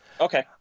Okay